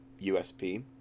USP